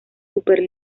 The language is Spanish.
super